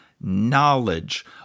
knowledge